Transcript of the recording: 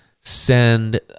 send